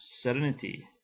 serenity